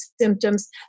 symptoms